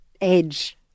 edge